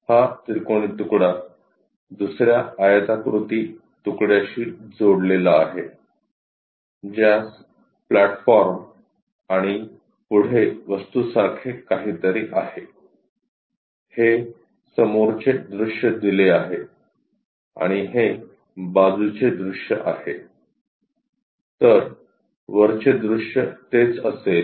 हा त्रिकोणी तुकडा दुसर्या आयताकृती तुकड्याशी जोडलेला आहे ज्यास प्लॅटफॉर्म आणि पुढे वस्तूसारखे काहीतरी आहे हे समोरचे दृश्य दिले आहे आणि हे बाजूचे दृश्य आहे तर वरचे दृश्य तेच असेल